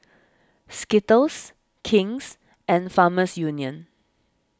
Skittles King's and Farmers Union